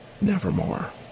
Nevermore